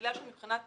בגלל שמבחינת